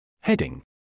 Heading